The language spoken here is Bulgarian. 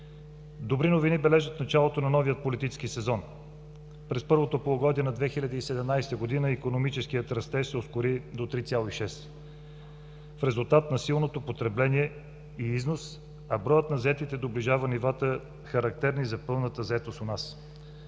Добри новини бележат началото на новия политически сезон. През първото полугодие на 2017 г. икономическият растеж се ускори до 3,6 в резултат на силното потребление и износ, а броят на заетите доближава нивата, характерни за пълната заетост у нас.